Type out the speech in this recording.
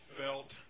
felt